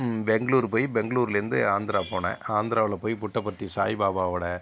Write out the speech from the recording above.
பெங்களூர் போய் பெங்களூருலிருந்து ஆந்திரா போனேன் ஆந்திராவில் போய் புட்டபர்த்தி சாய்பாபாவோட